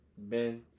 Ben